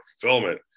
fulfillment